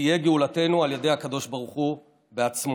ותהיה גאולתנו על ידי הקדוש ברוך הוא בעצמו".